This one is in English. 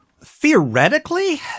Theoretically